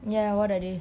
ya what are they